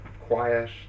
quiet